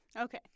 Okay